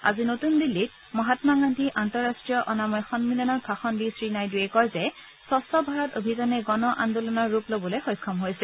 আজি নতুন দিল্লীত মহামা গান্ধী আন্তঃৰাষ্টীয় অনাময় সমিলনত ভাষণ দি শ্ৰী নাইডুৱে কয় যে স্বছ্ ভাৰত অভিযানে গণ আন্দোলনৰ ৰূপ লবলৈ সক্ষম হৈছে